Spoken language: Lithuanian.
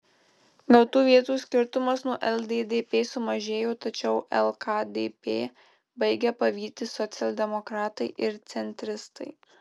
gautų vietų skirtumas nuo lddp sumažėjo tačiau lkdp baigia pavyti socialdemokratai ir centristai